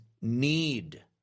need